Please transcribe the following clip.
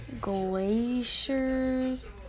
glaciers